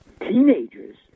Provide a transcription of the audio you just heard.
teenagers